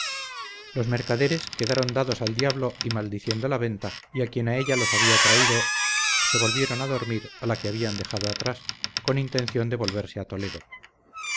los mercaderes quedaron dados al diablo y maldiciendo la venta y a quien a ella los había traído se volvieron a dormir a la que habían dejado atrás con intención de volverse a toledo